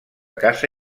caça